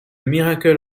miracle